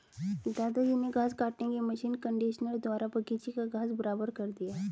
दादाजी ने घास काटने की मशीन कंडीशनर द्वारा बगीची का घास बराबर कर दिया